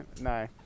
No